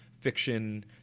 fiction